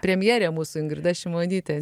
premjerė mūsų ingrida šimonytė